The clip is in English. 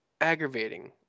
aggravating